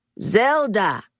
Zelda